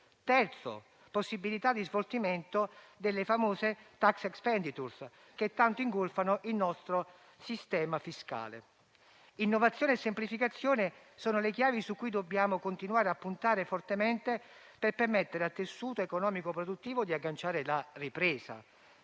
la possibilità di sfoltimento delle famose *tax expenditures* che tanto ingolfano il nostro sistema fiscale. Innovazione e semplificazione sono le chiavi su cui dobbiamo continuare a puntare fortemente per permettere al tessuto economico-produttivo di agganciare la ripresa.